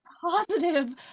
positive